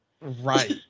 right